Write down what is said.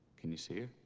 can you see ah